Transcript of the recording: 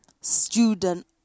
student